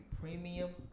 premium